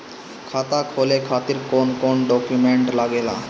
खाता खोले खातिर कौन कौन डॉक्यूमेंट लागेला?